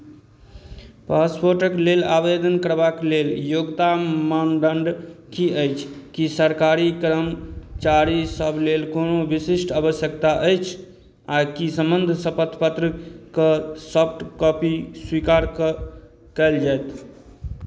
पासपोर्टक लेल आवेदन करबाक लेल योग्यता मानदण्ड की अछि की सरकारी कर्मचारीसभ लेल कोनो विशिष्ट आवश्यकता अछि आ की सम्बन्ध शपथपत्रके सॉफ्टकॉपी स्वीकार कऽ कयल जायत